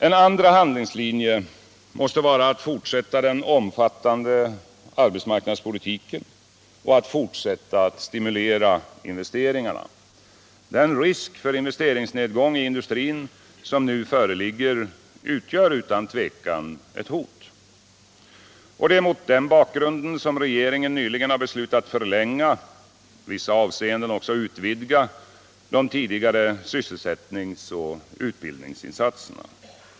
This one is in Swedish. En annan handlingslinje måste vara att fortsätta den omfattande arbetsmarknadspolitiken och att fortsätta att stimulera investeringarna. Den risk för investeringsnedgång i industrin som nu föreligger utgör utan tvivel ett hot. Det är mot den bakgrunden som regeringen nyligen har beslutat förlänga och i vissa avseenden också utvidga de tidigare sysselsättningsoch utbildningsinsatserna.